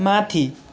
माथि